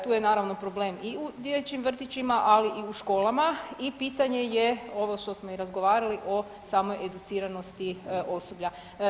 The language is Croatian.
Tu je naravno problem i u dječjim vrtićima, ali i u školama i pitanje je ovo što smo i razgovarali o samoj educiranosti osoblja.